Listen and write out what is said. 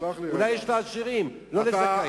אולי יש לעשירים, אבל לא לזכאים.